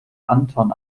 anton